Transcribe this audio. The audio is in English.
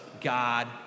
God